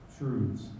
truths